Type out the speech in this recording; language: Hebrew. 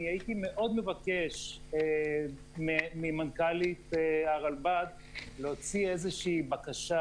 אני הייתי מאוד מבקש ממנכ"לית הרלב"ד להוציא איזושהי בקשה,